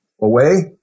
away